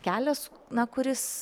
kelias na kuris